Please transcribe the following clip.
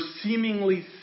seemingly